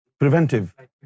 Preventive